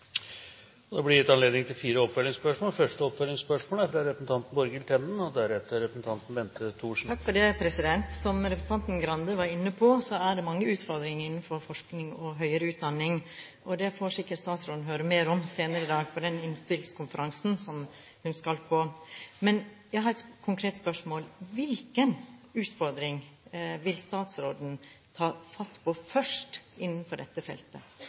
Det blir gitt anledning til fire oppfølgingsspørsmål – først representanten Borghild Tenden. Som representanten Skei Grande var inne på, er det mange utfordringer innenfor forskning og høyere utdanning. Det får sikkert statsråden høre mer om senere i dag på den innspillskonferansen som hun skal på. Men jeg har et konkret spørsmål: Hvilken utfordring vil statsråden ta fatt på først innenfor dette feltet?